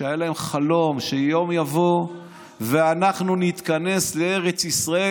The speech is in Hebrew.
היה להם חלום שיום יבוא ואנחנו נתכנס לארץ ישראל.